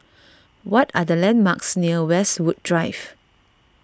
what are the landmarks near Westwood Drive